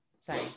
Sorry